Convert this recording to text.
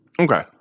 Okay